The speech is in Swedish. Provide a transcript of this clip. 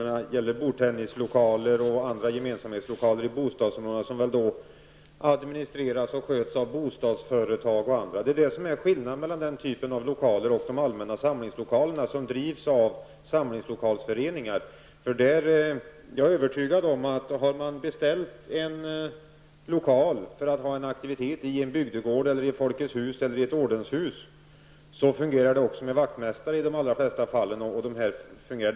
Det gällde bordtennislokaler och andra gemensamhetslokaler i bostadsområden, som jag antar administreras och sköts av bostadsföretag m.fl. Det är det som är skillnaden mellan den typen av lokaler och de allmänna samlingslokalerna, som drivs av samlingslokalföreningar. Om man har beställt en lokal för att ha en aktivitet i en bygdegård, i Folkets hus eller i ett ordenshus, fungerar det också med vaktmästare i de allra flesta fallen, det är jag övertygad om.